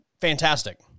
fantastic